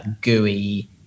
gooey